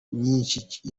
myishi